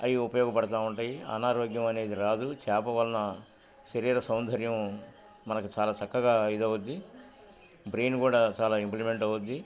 అవి ఉపయోగపడతా ఉంటాయి అనారోగ్యం అనేది రాదు చేప వలన శరీర సౌందర్యం మనకు చాలా చక్కగా ఇదవుద్ది బ్రెయిన్ కూడా చాలా ఇంప్లిమెంట్ అవద్ది